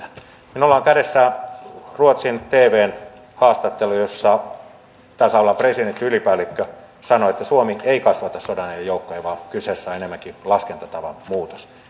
minulla on kädessä ruotsin tvn haastattelu jossa tasavallan presidentti ylipäällikkö sanoi että suomi ei kasvata sodanajan joukkoja vaan kyseessä on enemmänkin laskentatavan muutos